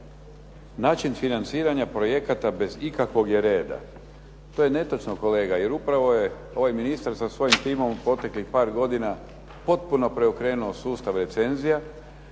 "način financiranja projekata bez ikakvog je reda". To je netočno kolega, jer upravo je ovaj ministar sa svojim timom u proteklih par godina potpuno preokrenuo sustav recenzija,